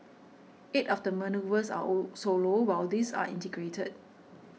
eight of the manoeuvres are all solo while these are integrated